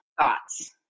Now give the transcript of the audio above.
thoughts